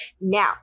Now